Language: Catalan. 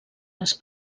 les